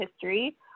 history